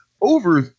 over